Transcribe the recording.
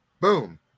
Boom